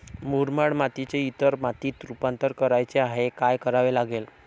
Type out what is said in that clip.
मुरमाड मातीचे इतर मातीत रुपांतर करायचे आहे, काय करावे लागेल?